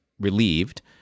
relieved